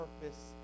purpose